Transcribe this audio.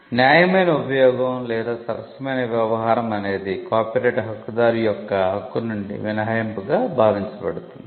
న్యాయమైన ఉపయోగం లేదా సరసమైన వ్యవహారం అనేది కాపీరైట్ హక్కుదారు యొక్క హక్కు నుండి మినహాయింపుగా భావించబడుతుంది